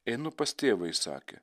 einu pas tėvą jis sakė